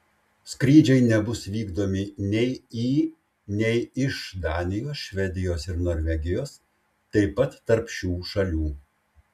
skrydžiai nebus vykdomi nei į nei iš danijos švedijos ir norvegijos taip pat tarp šių šalių